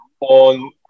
on